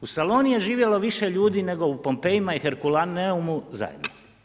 U Saloni je živjelo više ljudi nego u Pompejima i Herkulaneumu zajedno.